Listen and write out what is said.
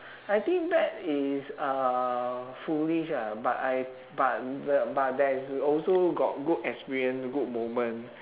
I think back is uh foolish ah but I but the but there is also got good experience good moment